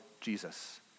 Jesus